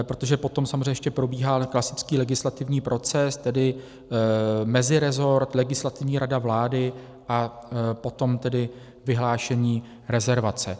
Protože potom samozřejmě ještě probíhá klasický legislativní proces, tedy mezirezort, Legislativní rada vlády a potom vyhlášení rezervace.